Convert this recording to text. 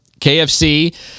KFC